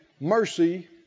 Mercy